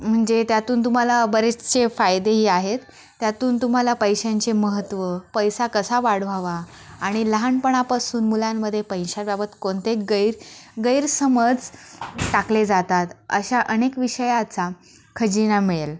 म्हणजे त्यातून तुम्हाला बरेचसे फायदेही आहेत त्यातून तुम्हाला पैशांचे महत्त्व पैसा कसा वाढवावा आणि लहानपणापासून मुलांमध्ये पैशाबाबत कोणते गैर गैरसमज टाकले जातात अशा अनेक विषयाचा खजिना मिळेल